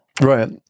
Right